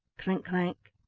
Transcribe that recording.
clink-clank!